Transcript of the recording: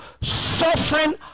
suffering